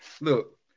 Look